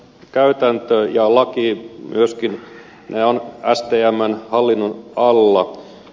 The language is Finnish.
käytäntöön ja lakiin joskin ne on hieman hallinnon alla